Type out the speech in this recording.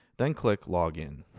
then click login.